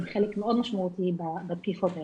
הם חלק מאוד משמעותי בתקיפות האלה.